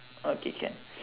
okay can